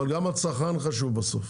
אבל גם הצרכן חשוב בסוף.